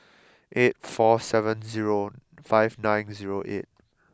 eight four seven zero five nine zero eight